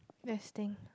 resting